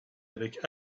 avec